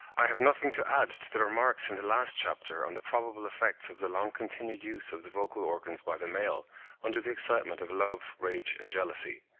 i have nothing to add to the remarks in the last chapter on the probable effects of the long-continued use of the vocal organs by the male under the excitement of love, rage and jealousy.